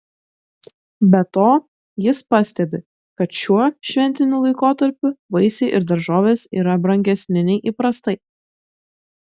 be to jis pastebi kad šiuo šventiniu laikotarpiu vaisiai ir daržovės yra brangesni nei įprastai